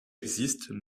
existent